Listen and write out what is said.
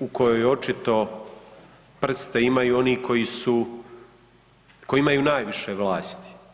u kojoj očito prste imaju i oni koji su koji imaju najviše vlasti.